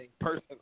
personal